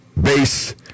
Base